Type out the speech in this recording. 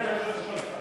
5 נתקבלו.